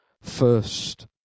First